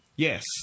Yes